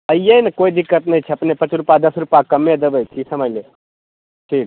अइयै ने कोइ दिक्कत नहि छै अपने पॉँच रूपा दश रूपा कम देबै की समझलियै ठीक